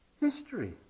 history